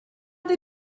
they